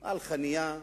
על חנייה,